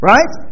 Right